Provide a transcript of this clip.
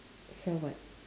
sell what